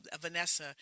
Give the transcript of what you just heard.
Vanessa